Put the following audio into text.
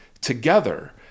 together